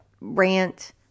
rant